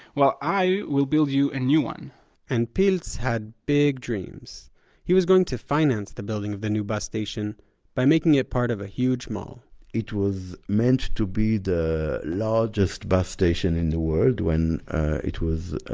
while i will build you a new one and piltz had big dreams he was going to finance the building of the new bus station by making it part of a huge mall it was meant to be the largest bus station in the world when it was